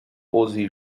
osi